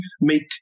make